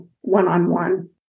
one-on-one